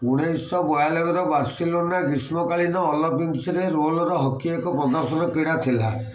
ଉଣେଇଶହ ବୟାନବେର ବାର୍ସିଲୋନା ଗ୍ରୀଷ୍ମକାଳୀନ ଅଲମ୍ପିକସ୍ରେ ରୋଲ୍ର ହକି ଏକ ପ୍ରଦର୍ଶନ କ୍ରୀଡ଼ା ଥିଲା